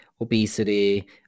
obesity